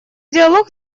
диалог